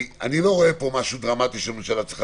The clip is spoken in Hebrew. אני לא רואה כאן משהו דרמטי שהממשלה צריכה